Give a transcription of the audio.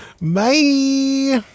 bye